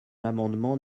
l’amendement